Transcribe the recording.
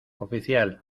oficial